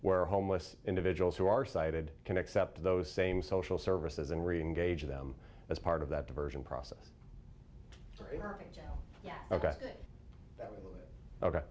where homeless individuals who are cited can accept those same social services and reengage them as part of that diversion process yeah ok